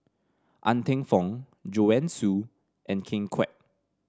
Ng Teng Fong Joanne Soo and Ken Kwek